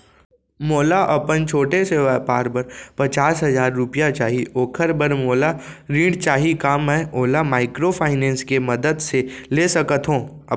मोला अपन छोटे से व्यापार बर पचास हजार रुपिया चाही ओखर बर मोला ऋण चाही का मैं ओला माइक्रोफाइनेंस के मदद से ले सकत हो?